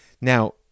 Now